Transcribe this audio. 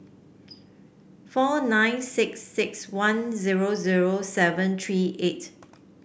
four nine six six one zero zero seven three eight